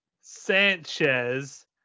Sanchez